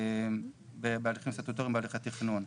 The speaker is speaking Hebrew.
בהליכים סטטוטוריים בהליכי תכנון.